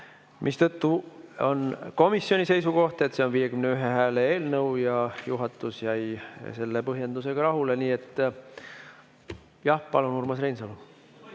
mistõttu on komisjoni seisukoht, et see on 51 hääle eelnõu. Juhatus jäi selle põhjendusega rahule. Jah, palun, Urmas Reinsalu!